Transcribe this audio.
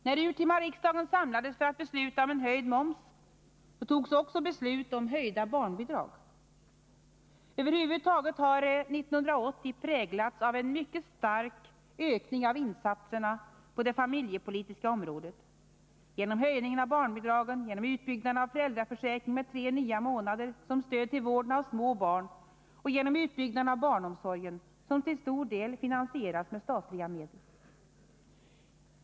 När den urtima riksdagen samlades för att besluta om en höjd moms fattades också beslut om höjda barnbidrag. Över huvud taget har 1980 präglats av en mycket stark ökning av insatserna på det familjepolitiska området — genom höjningen av barnbidragen, genom utbyggnaden av föräldraförsäkringen med tre nya månader som stöd till vården av små barn och genom utbyggnaden av barnomsorgen, som till stor del finansieras med statliga medel.